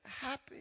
happy